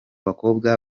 bakobwa